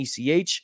ECH